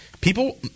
People